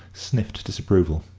sniffed disapproval.